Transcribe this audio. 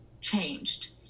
changed